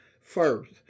first